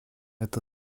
это